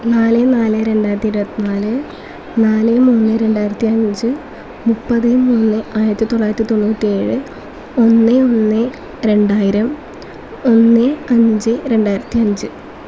നാല് നാല് രണ്ടായിരത്തി ഇരുപത്തി നാല് നാല് മൂന്ന് രണ്ടായിരത്തി അഞ്ച് മുപ്പത് മൂന്ന് ആയിരത്തി തൊള്ളായിരത്തി തൊണ്ണൂറ്റേഴ് ഒന്ന് ഒന്ന് രണ്ടായിരം ഒന്ന് അഞ്ച് രണ്ടായിരത്തി അഞ്ച്